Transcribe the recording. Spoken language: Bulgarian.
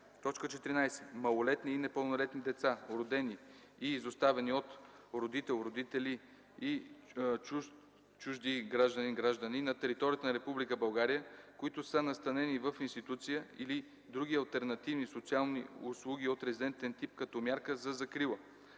и 15: „14. малолетни и непълнолетни деца, родени и изоставени от родител/и - чужд/и гражданин/ни, на територията на Република България, които са настанени в институция или други алтернативни социални услуги от резидентен тип като мярка за закрила;